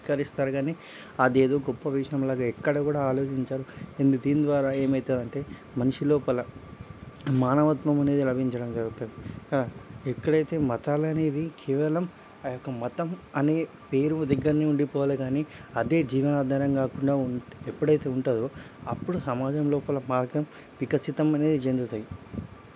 కలుస్తారు కానీ అది ఏదో గొప్ప విషయంలాగా ఎక్కడ కూడా ఆలోచించరు అండ్ దీని ద్వారా ఏమైతది అంటే మనిషి లోపల మానవత్వం అనేది లభించడం జరుగుతుంది ఎక్కడైతే మతాలు అనేవి కేవలం ఆ యొక్క మతం అనే పేరు దగ్గరనే ఉండిపోవాలే గానీ అదే జీవన ఆధారం కాకుండా ఉం ఎప్పుడైతే ఉంటాదో అప్పుడు సమాజం లోపల మార్గం వికసితం అనేది చెందుతాయ్